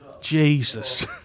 Jesus